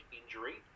injury